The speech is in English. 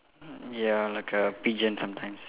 ya like a pigeon sometimes